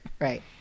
Right